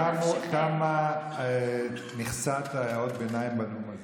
תמה מכסת הערות הביניים בנאום הזה.